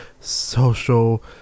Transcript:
social